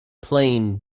plane